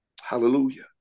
hallelujah